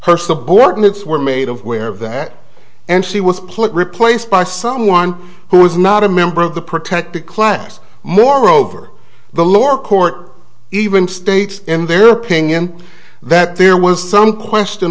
her subordinates were made of where of that and she was politically placed by someone who was not a member of the protected class moreover the lower court even states in their opinion that there was some question